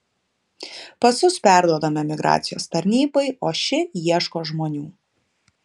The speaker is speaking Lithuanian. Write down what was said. pasus perduodame migracijos tarnybai o ši ieško žmonių